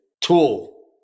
tool